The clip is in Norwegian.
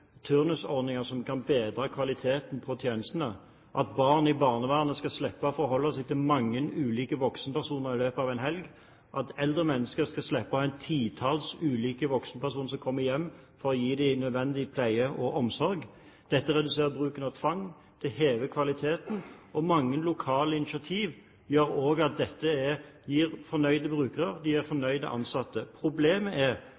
turnusordninger som kan bedre kvaliteten på tjenestene – at barn i barnevernet skal slippe å forholde seg til mange ulike voksenpersoner i løpet av en helg, at eldre mennesker skal slippe å ha et titall ulike personer som kommer hjem for å gi dem nødvendig pleie og omsorg. Dette reduserer bruken av tvang, det hever kvaliteten, og mange lokale initiativ